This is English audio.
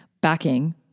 backing